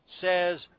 says